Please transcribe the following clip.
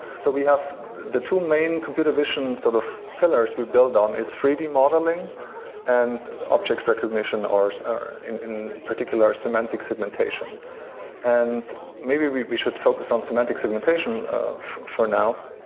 so we have the two main computer vision sort of pillars we build on is three d modeling and object recognition, or or in particular, semantic segmentation and maybe we we should focus on semantic segmentation for now.